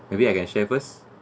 maybe I can share first